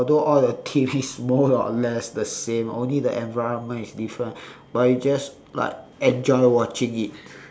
although all the T_V is more or less the same only the environment is different but you just like enjoy watching it